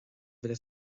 mhíle